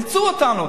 אילצו אותנו.